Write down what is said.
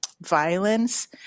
violence